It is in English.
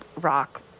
rock